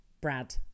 Brad